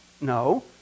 no